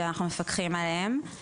שאנחנו מפקחים עליהם.